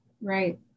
Right